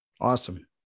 Awesome